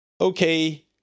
okay